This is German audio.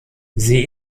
sie